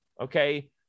okay